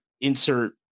insert